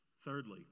Thirdly